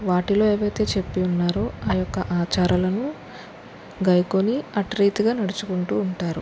వాటిలో ఏవైతే చెప్పి ఉన్నారో ఆ యొక్క ఆచారాలను గైకొని అట్టిరీతిగా నడుచుకుంటూ ఉంటారు